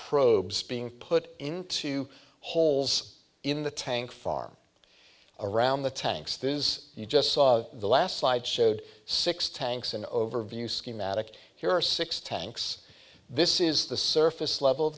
probes being put into holes in the tank farm around the tanks this is you just saw the last slide showed six tanks an overview schematic here are six tanks this is the surface level